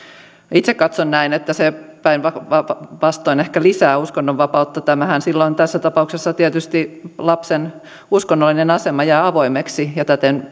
itse katson näin että se päinvastoin ehkä lisää uskonnonvapautta tässä tapauksessa tietysti lapsen uskonnollinen asema jää avoimeksi ja täten